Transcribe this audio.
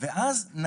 אני